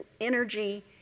energy